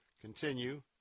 continue